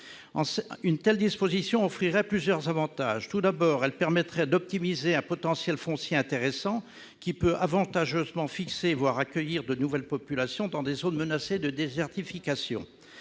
Une telle disposition offrirait plusieurs avantages. Tout d'abord, elle permettrait d'optimiser un potentiel foncier intéressant qui peut avantageusement fixer, voire accueillir, de nouvelles populations dans des zones menacées de désertification.